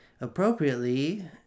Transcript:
appropriately